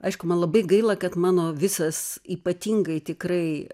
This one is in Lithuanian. aišku man labai gaila kad mano visas ypatingai tikrai